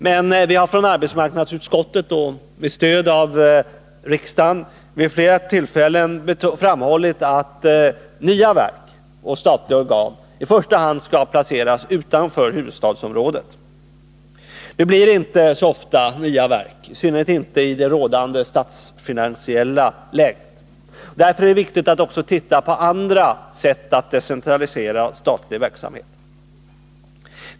Men vi har från arbetsmarknadsutskottets sida, med stöd av riksdagen, vid flera tillfällen framhållit att nya verk och statliga organ i första hand skall placeras utanför huvudstadsområdet. Det tillskapas inte så ofta nya verk, i synnerhet inte i rådande statsfinansiella läge. Det är därför viktigt att vi också tittar på andra sätt att decentralisera statlig verksamhet.